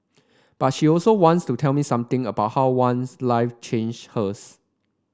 but she also wants to tell me something about how one life changed hers